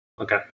Okay